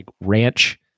ranch